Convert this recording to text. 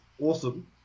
awesome